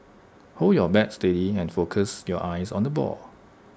hold your bat steady and focus your eyes on the ball